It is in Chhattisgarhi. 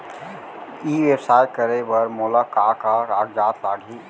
ई व्यवसाय करे बर मोला का का कागजात लागही?